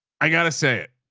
i gotta say it.